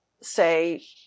say